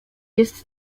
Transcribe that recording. jest